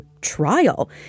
trial